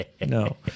No